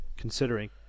considering